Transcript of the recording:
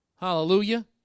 Hallelujah